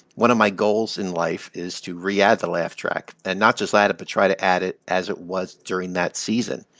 one of my goals in life is to re-add the laugh track and not just add it, but try to add it as it was during that season,